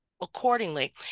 accordingly